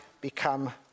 become